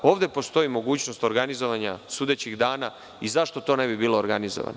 Ovde postoji mogućnost organizovanja sudećih dana i zašto to ne bi bilo organizovano?